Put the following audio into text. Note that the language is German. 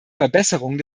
verbesserung